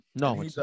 No